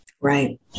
Right